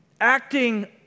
Acting